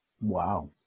Wow